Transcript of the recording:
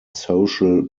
social